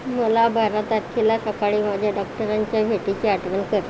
मला बारा तारखेला सकाळी माझ्या डॉक्टरांच्या भेटीची आठवण कर